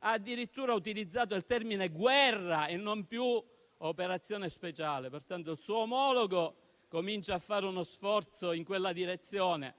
addirittura il termine guerra e non più operazione speciale. Il suo omologo comincia a fare uno sforzo in quella direzione,